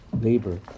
labor